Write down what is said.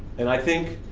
and i think,